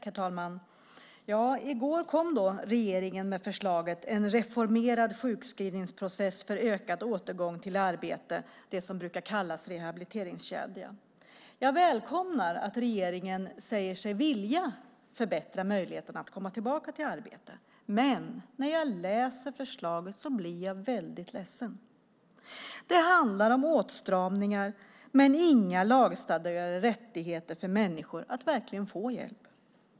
Herr talman! I går kom så regeringen med förslaget En reformerad sjukskrivningsprocess för ökad återgång i arbete , det som brukar kallas rehabiliteringskedjan. Jag välkomnar att regeringen säger sig vilja förbättra möjligheterna att komma tillbaka i arbete, men när jag läser förslaget blir jag väldigt ledsen. Det handlar om åtstramningar men inga lagstadgade rättigheter för människor att verkligen få hjälp.